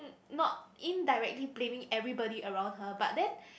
not indirectly blaming everybody around her but then